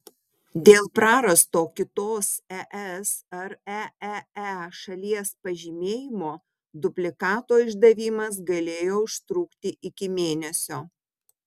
dėl prarasto kitos es ar eee šalies pažymėjimo dublikato išdavimas galėjo užtrukti iki mėnesio